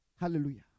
Hallelujah